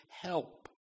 help